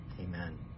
Amen